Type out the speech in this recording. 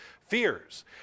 fears